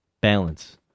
balance